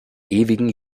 ewigen